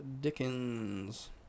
Dickens